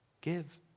give